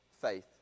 faith